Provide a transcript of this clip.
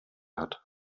hat